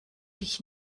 dich